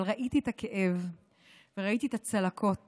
אבל ראיתי את הכאב וראיתי את הצלקות